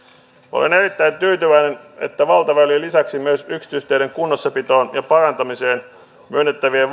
olen erittäin tyytyväinen että valtaväylien lisäksi myös yksityisteiden kunnossapitoon ja parantamiseen myönnettäviä